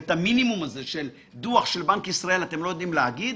את המינימום של דוח של בנק ישראל אתם לא יודעים להגיד?